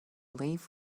leave